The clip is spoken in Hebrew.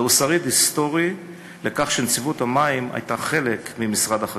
זהו שריד היסטורי לכך שנציבות המים הייתה חלק ממשרד החקלאות.